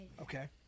Okay